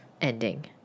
ending